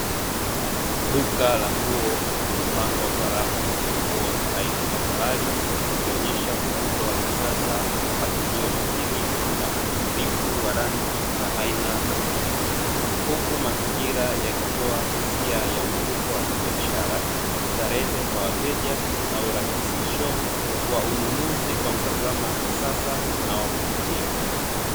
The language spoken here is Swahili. Duka la nguo limepangwa kwa rafu zenye nguo za aina mbali mbali zikionesha muundo wa kisasa mpangilio makini na utimilifu wa rangi na aina za mitindo, huku mazingira yakitoa hisia ya mvuto wa kibiashara starehe kwa wateja na urahisisho wa ununuzi kwa mtazamo wa kisasa na wa kuvutia.